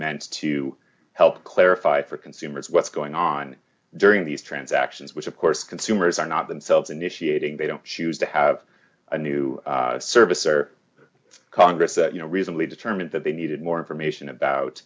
meant to help clarify for consumers what's going on during these transactions which of course consumers are not themselves initiating they don't choose to have a new service or congress that you know recently determined that they needed more information about